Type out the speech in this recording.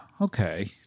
okay